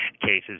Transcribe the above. cases